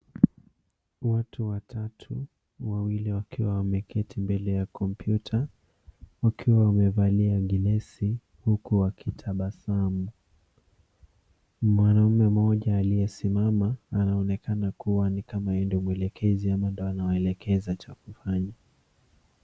Watu watatu, wawili wakiwa wameketi mbele ya kompyuta wakiwa wamevalia gilesi huku wakitabasamu. Mwanaume mmoja aliyesimama anaonekana kuwa ni kama ni yeye ndo mwelekezi ama ndo anawaelekeza cha kufanya.